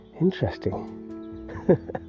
interesting